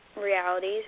realities